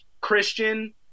Christian